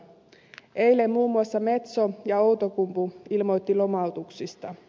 eilen muun muassa metso ja outokumpu ilmoittivat lomautuksista